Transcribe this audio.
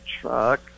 truck